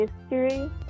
history